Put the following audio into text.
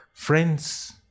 Friends